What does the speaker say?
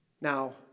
Now